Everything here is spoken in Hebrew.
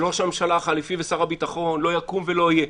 של ראש הממשלה החליפי ושר הביטחון: לא יקום ולא יהיה.